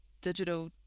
digital